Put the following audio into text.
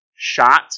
Shot